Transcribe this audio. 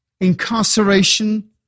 incarceration